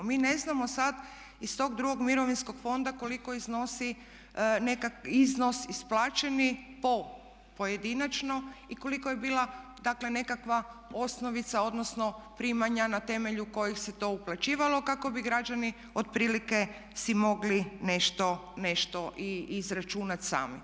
Mi ne znamo sad iz tog drugog mirovinskog fonda koliko iznosi iznos isplaćeni po pojedinačnim i koliko je bila dakle nekakva osnovica odnosno primanja na temelju kojih se to uplaćivalo kako bi građani otprilike si mogli nešto i izračunati sami.